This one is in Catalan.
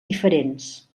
diferents